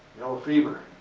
fever,